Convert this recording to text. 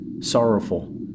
sorrowful